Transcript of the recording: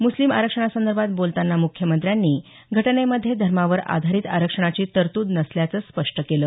मुस्लिम आरक्षणासंदर्भात बोलताना मुख्यमंत्र्यांनी घटनेमध्ये धर्मावर आधारित आरक्षणाची तरतूद नसल्याचं स्पष्ट केलं